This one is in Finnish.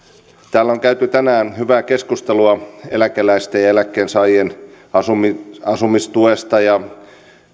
täällä on käyty tänään hyvää keskustelua eläkeläisistä ja eläkkeensaajien asumistuesta ja